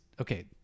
okay